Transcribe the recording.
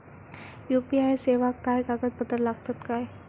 UPI सेवाक काय कागदपत्र लागतत काय?